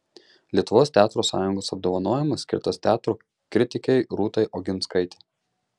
lietuvos teatro sąjungos apdovanojimas skirtas teatro kritikei rūtai oginskaitei